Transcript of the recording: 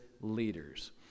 leaders